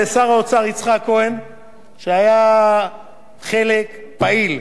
שהיה חלק פעיל מכל ההסדר הזה,